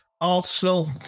Arsenal